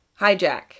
hijack